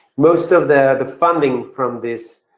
most of the funding from this